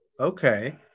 Okay